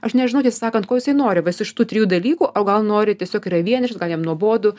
aš nežinau tiesą sakant ko jisai nori visų šitų trijų dalykų o gal nori tiesiog yra vienišas gal jam nuobodu